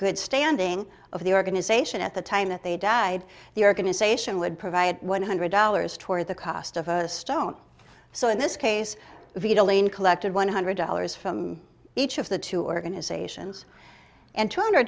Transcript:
good standing of the organization at the time that they died the organization would provide one hundred dollars toward the cost of a stone so in this case if you delay and collected one hundred dollars from each of the two organizations and two hundred